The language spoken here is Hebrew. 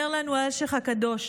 אומר לנו האלשיך הקדוש: